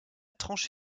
tranche